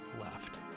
left